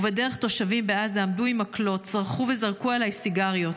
ובדרך תושבים בעזה עמדו עם מקלות צרחו וזרקו עליי סיגריות.